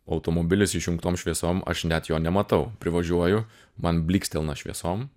automobilis išjungtom šviesom aš net jo nematau privažiuoju man blykstelna šviesom